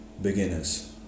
Beginners